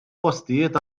postijiet